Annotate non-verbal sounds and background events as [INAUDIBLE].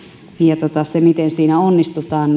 sillä miten siinä onnistutaan [UNINTELLIGIBLE]